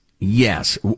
Yes